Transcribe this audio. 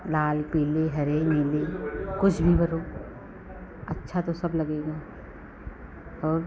लाल पीले हरे नीली कुछ भी भरो अच्छा तो सब लगेगा और